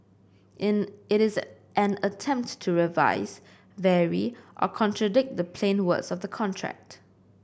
an it is an attempt to revise vary or contradict the plain words of the contract